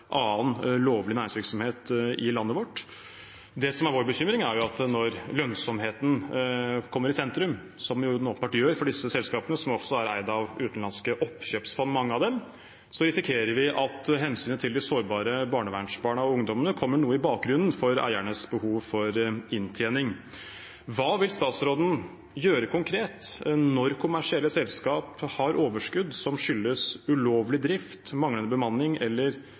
annen lovlig næringsvirksomhet i landet vårt. Det som er vår bekymring, er at når lønnsomheten kommer i sentrum, som den åpenbart gjør for disse selskapene – mange av dem er eid av utenlandske oppkjøpsfond – risikerer vi at hensynet til de sårbare barnevernsbarna og ungdommene kommer noe i bakgrunnen for eiernes behov for inntjening. Hva vil statsråden gjøre konkret når kommersielle selskap har overskudd som skyldes ulovlig drift, manglende bemanning eller